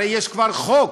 הרי יש כבר חוק,